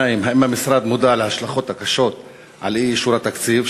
2. האם המשרד מודע להשלכות הקשות של אי-אישור התקציב?